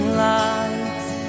lights